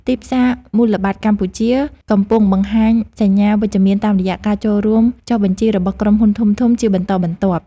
ទីផ្សារមូលបត្រកម្ពុជាកំពុងបង្ហាញសញ្ញាវិជ្ជមានតាមរយៈការចូលរួមចុះបញ្ជីរបស់ក្រុមហ៊ុនធំៗជាបន្តបន្ទាប់។